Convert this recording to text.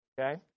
okay